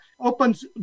Opens